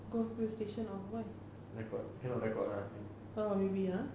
record cannot record ah I think